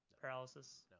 paralysis